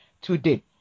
today